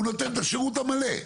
הוא נותן את השירות המלא,